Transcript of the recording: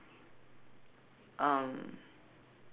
um